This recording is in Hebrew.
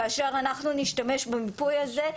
כאשר אנחנו נשתמש במיפוי הזה.